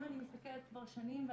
אם אני מסתכלת כבר שנים,